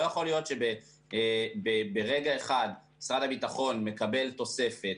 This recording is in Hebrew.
לא יכול להיות שברגע אחד שר הביטחון מקבל תוספת,